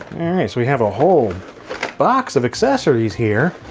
we have a whole box of accessories here.